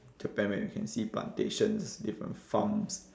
japan where you can see plantations different farms